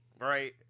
right